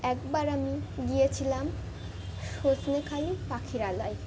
একবার আমি গিয়েছিলাম সজনেখালি পাখিরালয়